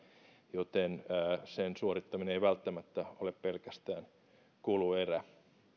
joten sen suorittaminen ei välttämättä ole pelkästään kuluerä